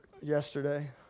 Yesterday